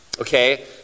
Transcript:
okay